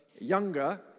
younger